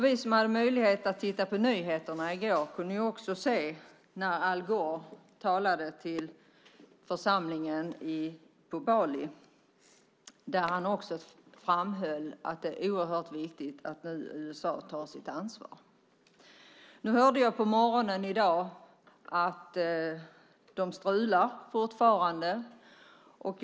Vi som hade möjlighet att titta på nyheterna i går kunde också se när Al Gore talade till församlingen på Bali där han också framhöll att det är oerhört viktigt att USA nu tar sitt ansvar. Nu hörde jag på morgonen i dag att de fortfarande strular.